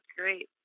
great